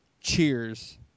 Cheers